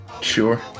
Sure